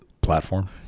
platform